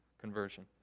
conversion